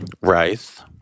rice